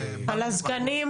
הזקנים,